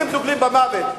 אתם דוגלים במוות.